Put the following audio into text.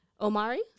Omari